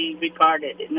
regarded